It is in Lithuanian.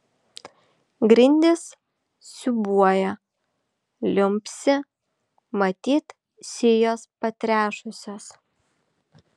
grindys siūbuoja liumpsi matyt sijos patrešusios